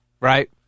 Right